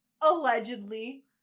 Allegedly